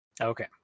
Okay